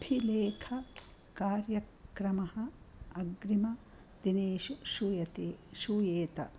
अभिलेखकार्यक्रमः अग्रिमदिनेषु श्रुयते श्रूयेत